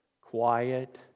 quiet